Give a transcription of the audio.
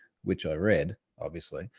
which i read obviously,